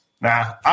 Nah